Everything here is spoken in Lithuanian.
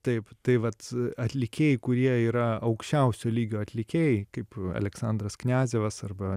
taip tai vat atlikėjai kurie yra aukščiausio lygio atlikėjai kaip aleksandras kniazevas arba